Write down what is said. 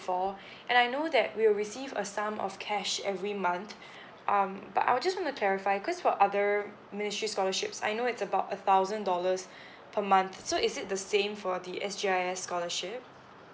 for and I know that we'll receive a sum of cash every month um but I'll just want to clarify cause for other ministry scholarships I know it's about a thousand dollars per month so is it the same for the S_G_I_S scholarship